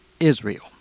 Israel